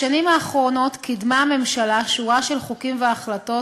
בשנים האחרונות קידמה הממשלה שורה של חוקים והחלטות